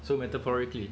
so metaphorically